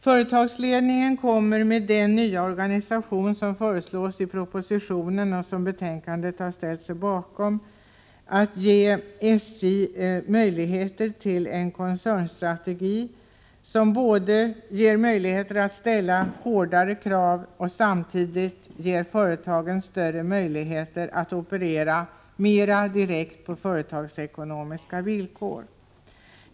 Den nya organisation som föreslås i propositionen och som utskottet i betänkandet har ställt sig bakom kommer att ge SJ möjligheter till en koncernstrategi som rymmer möjligheter både att ställa hårdare krav och att operera mera direkt på företagsekonomiska villkor.